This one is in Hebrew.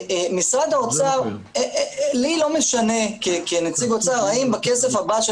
לי כנציג אוצר לא משנה האם בכסף הבא של